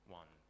one